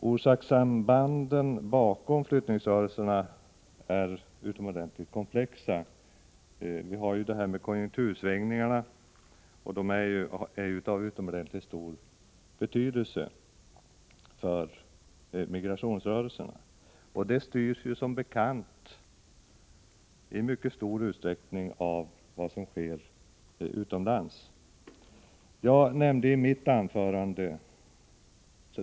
Orsakssambanden bakom flyttningsrörelserna är utomordentligt komplexa. Konjunktursvängningarna är t.ex. av mycket stor betydelse för migrationsrörelserna, och de styrs som bekant i stor utsträckning av vad som sker utomlands.